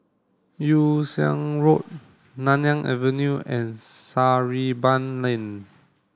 Yew Siang Road Nanyang Avenue and Sarimbun Lane